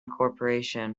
corporation